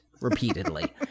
repeatedly